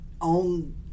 on